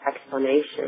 explanation